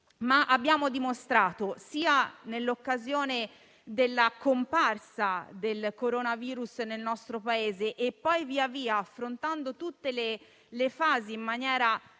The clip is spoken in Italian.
ma abbiamo dimostrato, sia nell'occasione della comparsa del coronavirus nel nostro Paese e poi via via affrontando tutte le fasi in maniera